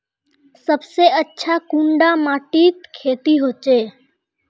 सबसे अच्छा कुंडा माटित खेती होचे?